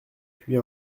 puis